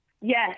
Yes